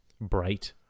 bright